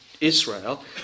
Israel